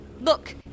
Look